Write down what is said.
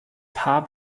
paar